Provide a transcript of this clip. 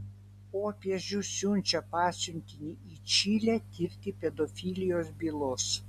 popiežius siunčia pasiuntinį į čilę tirti pedofilijos bylos